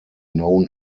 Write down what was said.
known